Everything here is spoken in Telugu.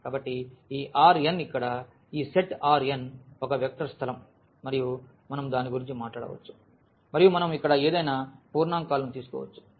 కాబట్టి ఈ Rn ఇక్కడ ఈ సెట్ Rn ఒక వెక్టర్ స్థలం మరియు మనం దాని గురించి మాట్లాడవచ్చు మరియు మనం ఇక్కడ ఏదైనా పూర్ణాంకాలను తీసుకోవచ్చు